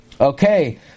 okay